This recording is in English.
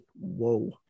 Whoa